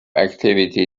activity